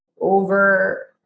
over